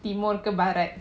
timur ke barat